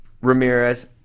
Ramirez